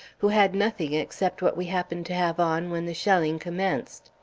who had nothing except what we happened to have on when the shelling commenced.